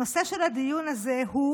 הנושא של הדיון הזה הוא